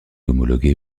homologué